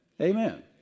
Amen